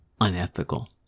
unethical